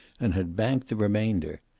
and had banked the remainder.